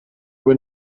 were